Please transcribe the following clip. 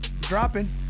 dropping